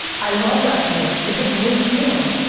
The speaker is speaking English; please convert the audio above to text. i love that feeling. it's a great feeling.